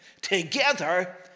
together